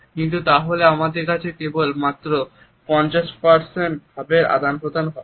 কিন্তু তাহলে আমাদের কাছে কেবল মাত্র 50 ভাবের আদান প্রদান হবে